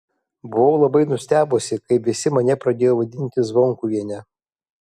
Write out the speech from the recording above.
buvau labai nustebusi kai visi mane pradėjo vadinti zvonkuviene